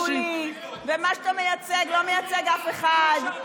ומה שאתה מייצג לא מייצג אף אחד.